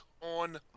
on